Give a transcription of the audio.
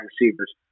receivers